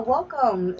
Welcome